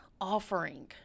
offering